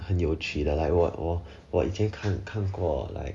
很有趣的 like 我我我以前看看过 like